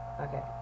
Okay